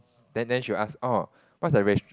then then she will ask oh what's the res~